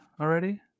already